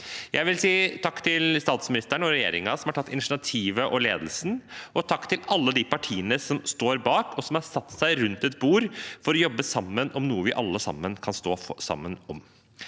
Jeg vil si takk til statsministeren og regjeringen, som har tatt initiativet og ledelsen, og takk til alle de partiene som står bak, og som har satt seg rundt et bord for å jobbe sammen om noe vi alle kan stå sammen om.